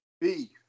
Beef